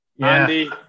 Andy